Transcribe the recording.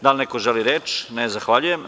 Da li neko želi reč? (Ne) Zahvaljujem.